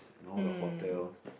as in all the hotels